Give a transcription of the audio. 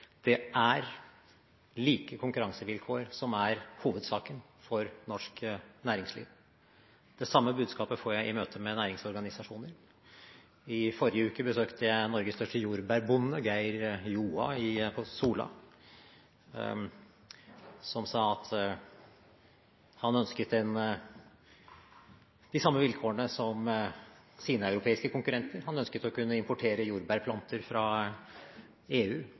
Det er like konkurransevilkår som er hovedsaken for norsk næringsliv. Det samme budskapet får jeg i møte med næringsorganisasjoner. I forrige uke besøkte jeg Norges største jordbærbonde, Geir Joa på Sola, som sa at han ønsket de samme vilkårene som sine europeiske konkurrenter. Han ønsket å kunne importere jordbærplanter fra EU